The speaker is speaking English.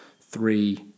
three